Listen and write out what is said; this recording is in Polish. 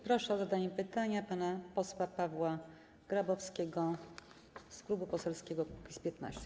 Proszę o zadanie pytania pana posła Pawła Grabowskiego z Klubu Poselskiego Kukiz’15.